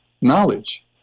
knowledge